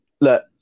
look